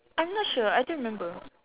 I'm not sure I don't remember